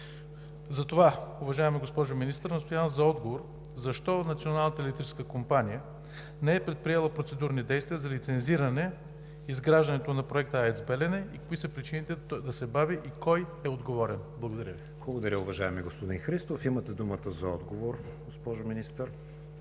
Затова, уважаема госпожо Министър, настоявам за отговор: защо Националната електрическа компания не е предприела процедурни действия за лицензиране изграждането на Проекта АЕЦ „Белене“, кои са причините да се бави и кой е отговорен? Благодаря Ви. ПРЕДСЕДАТЕЛ КРИСТИАН ВИГЕНИН: Благодаря, уважаеми господин Христов. Имате думата за отговор, госпожо Министър.